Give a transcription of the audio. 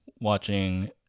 watching